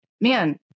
man